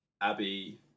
Abby